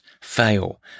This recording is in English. fail